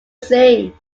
sing